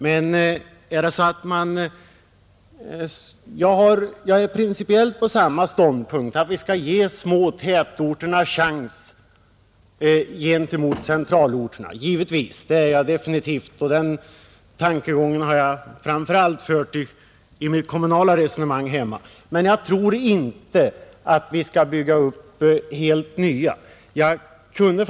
Jag har principiellt samma ståndpunkt som herr Hedin, att vi givetvis skall ge de små tätorterna en chans mot centralorterna, och jag har framför allt fört fram de tankarna i mitt kommunala resonemang hemma. Men jag tror inte att vi skall bygga upp helt nya sådana tätorter.